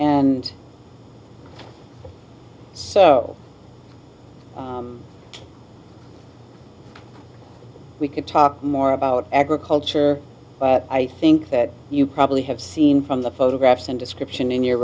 and so we could talk more about agriculture i think that you probably have seen from the photographs and description in your